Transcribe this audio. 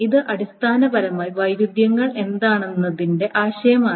ഇത് അടിസ്ഥാനപരമായി വൈരുദ്ധ്യങ്ങൾ എന്താണെന്നതിന്റെ ആശയമാണ്